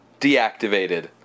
Deactivated